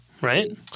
right